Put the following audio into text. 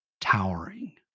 towering